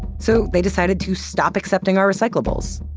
so they decided to stop accepting our recyclables.